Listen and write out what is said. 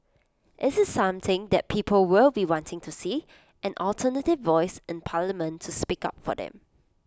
IT is something that people will be wanting to see an alternative voice in parliament to speak up for them